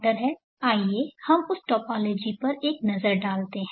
आइए हम उस टोपोलॉजी पर एक नजर डालते हैं